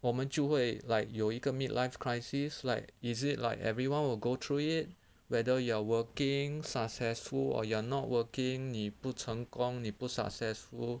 我们就会 like 有一个 mid life crisis like is it like everyone will go through it whether you are working successful or you're not working 你不曾光你不 successful